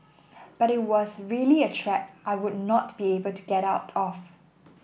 but it was really a trap I would not be able to get out of